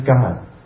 God